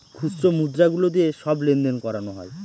খুচরো মুদ্রা গুলো দিয়ে সব লেনদেন করানো হয়